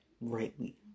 Rightly